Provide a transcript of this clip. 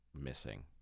missing